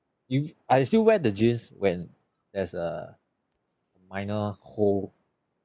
you I still wear the jeans when there's a minor hole